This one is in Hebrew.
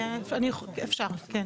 אפשר, כן.